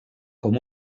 com